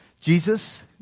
Jesus